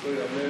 לזכותו ייאמר: